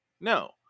No